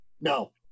No